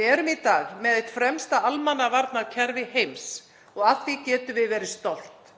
Við erum í dag með eitt fremsta almannavarnakerfi heims og af því getum við verið stolt.